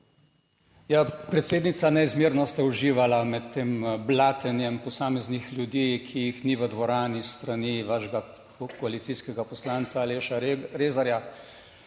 Predsednica, neizmerno ste uživali med tem blatenjem posameznih ljudi, ki jih ni v dvorani, s strani vašega koalicijskega poslanca Aleša Rezarja.